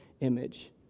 image